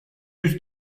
yüz